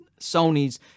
Sonys